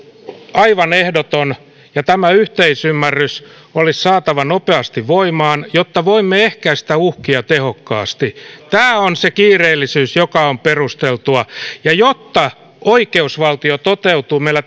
aivan ehdoton ja tämä yhteisymmärrys olisi saatava nopeasti voimaan jotta voimme ehkäistä uhkia tehokkaasti tämä on se kiireellisyys joka on perusteltua jotta oikeusvaltio toteutuu meillä